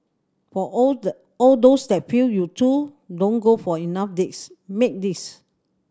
for all the all those that feel you two don't go for enough dates make this